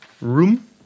room